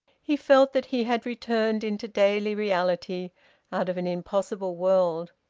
he felt that he had returned into daily reality out of an impossible world.